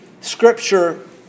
Scripture